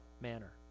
manner